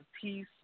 peace